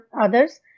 others